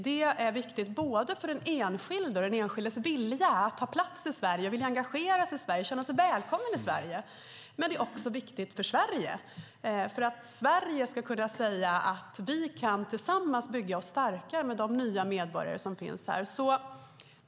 Det är viktigt för den enskilde, den enskildes vilja att ta plats i Sverige, att vilja engagera sig i Sverige, att känna sig välkommen i Sverige, och det är också viktigt för Sverige, för att Sverige ska kunna säga att vi tillsammans kan bygga oss starkare med de nya medborgare som finns här.